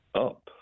up